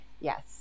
yes